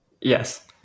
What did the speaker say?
Yes